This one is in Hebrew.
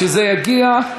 כשזה יגיע,